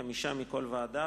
חמישה מכל ועדה,